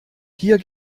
hier